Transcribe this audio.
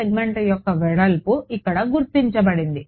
segment యొక్క వెడల్పు ఇక్కడ గుర్తించబడింది